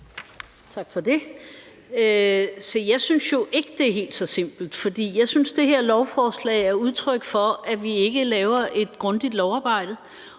Tak for det. Se, jeg synes jo ikke, det er helt så simpelt, for jeg synes, det her lovforslag er udtryk for, at vi ikke laver et grundigt lovarbejde,